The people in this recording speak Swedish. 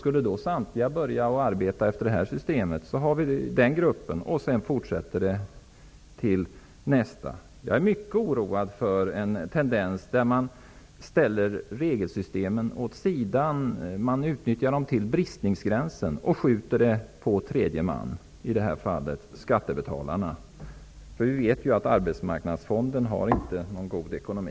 Skulle samtliga börja arbeta efter detta system, kommer det att spridas även till nästa grupp. Jag är mycket oroad över tendensen att utnyttja regelsystemen till bristningsgränsen och att sedan skjuta över kostnaderna på tredje man, som i det här fallet är skattebetalarna. Vi vet ju att Arbetsmarknadsfonden inte har någon god ekonomi.